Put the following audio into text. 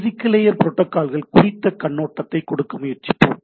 physical layer புரோட்டோகால்கள் குறித்த கண்ணோட்டத்தை கொடுக்க முயற்சிப்போம்